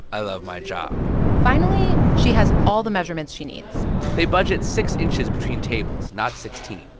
i love my job finally, she has all the measurements she needs they budget six inches between tables not sixteen.